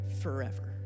forever